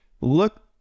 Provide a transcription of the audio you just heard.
look